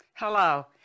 Hello